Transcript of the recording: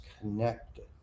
connected